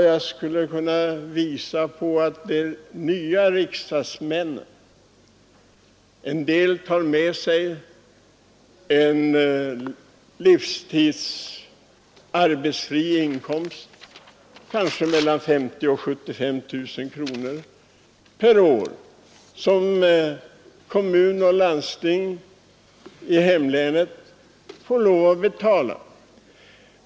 Jag skulle kunna visa på att en del av de nya riksdagsmännen har med sig en arbetsfri livstidsinkomst på kanske mellan 50 000 och 75 000 per år som kommun och landsting i hemlänet får lov att betala.